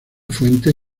fuente